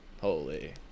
Holy